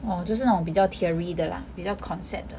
orh 就是那种比较 theory 的 lah 比较 concept 的